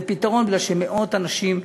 זה פתרון שנועד למאות אנשים.